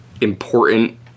important